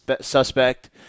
suspect